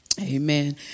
Amen